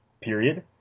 period